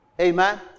Amen